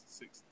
six